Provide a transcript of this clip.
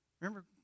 Remember